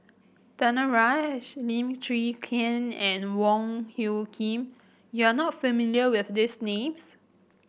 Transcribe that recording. Danaraj Lim Chwee Chian and Wong Hung Khim you are not familiar with these names